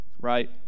right